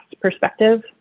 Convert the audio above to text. perspective